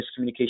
miscommunication